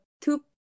two